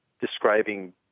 describing